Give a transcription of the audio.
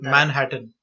Manhattan